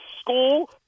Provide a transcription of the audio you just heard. school